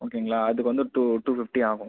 ஓகேங்களா அதுக்கு வந்து ஒரு டூ டூ ஃபிஃப்டி ஆகும்